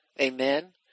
Amen